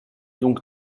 donc